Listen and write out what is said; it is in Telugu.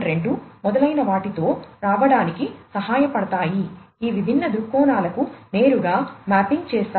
2 మొదలైన వాటితో రావడానికి సహాయపడతాయి ఈ విభిన్న దృక్కోణాలకు నేరుగా మ్యాపింగ్ చేస్తాయి